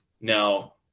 Now